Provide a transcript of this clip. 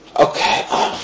okay